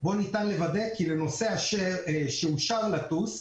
שבאמצעותו הנוסע יכול לוודא שאושר לו לטוס.